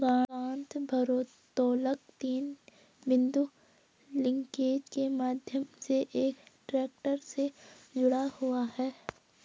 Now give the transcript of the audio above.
गांठ भारोत्तोलक तीन बिंदु लिंकेज के माध्यम से एक ट्रैक्टर से जुड़ा हुआ है